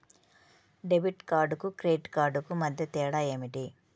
Debit కార్డుకు credit కార్డుకు మధ్య తేడా ఏమిటీ?